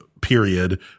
period